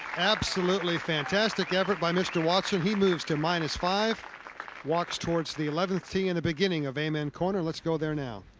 absolutely fantastic effort by mr watson. he moves to minus five walks towards the eleven tee in the beginning of amen corner. let's go there now.